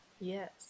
Yes